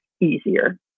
easier